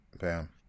Bam